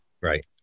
Right